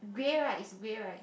grey right is grey right